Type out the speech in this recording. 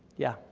yeah,